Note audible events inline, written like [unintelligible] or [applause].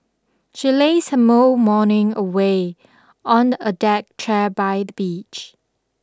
she lazed her [unintelligible] morning away on a deck chair by the beach